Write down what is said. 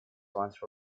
once